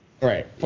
right